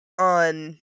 on